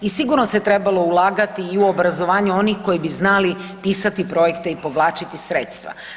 I sigurno se trebalo ulagati i u obrazovanje onih koji bi znali pisati projekte i povlačiti sredstva.